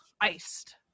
Iced